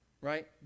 right